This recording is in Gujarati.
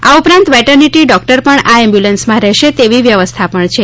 આ ઉપરાંત વેટરનીટી ડોક્ટર પણ આ એમ્બ્યુલન્સમાં રહેશે તેવી વ્યવસ્થા પણ છે